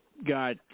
got